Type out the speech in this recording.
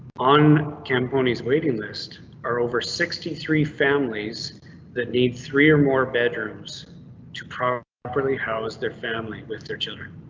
on cam ponies waiting list are over sixty. three families that need three or more bedrooms to properly properly house their family with their children.